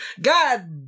God